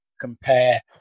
compare